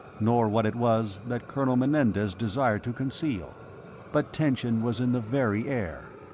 nor what it was that colonel menendez desired to conceal but tension was in the very air.